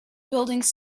buildings